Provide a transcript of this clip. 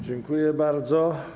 Dziękuję bardzo.